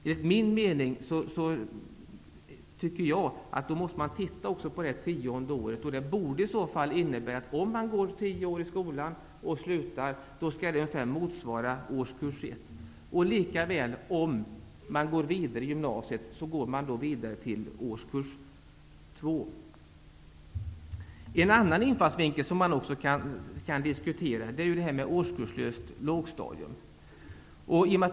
Enligt min mening måste man se på det tionde skolåret också ur denna synvinkel. Genomgången tioårig grundskola bör ungefär motsvara en skolgång t.o.m. årskurs 1 i gymnasieskolan. Om man sedan skall fortsätta till gymnasiet, bör man få starta i årskurs 2. En annan infallsvinkel som man kan diskutera är frågan om ett årskurslöst lågstadium.